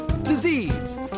Disease